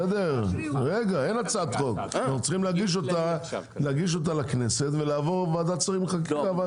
אנחנו צריכים להגיש אותה לכנסת והיא צריכה לעבור ועדת שרים לחקיקה.